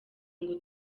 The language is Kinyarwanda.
ngo